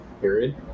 Period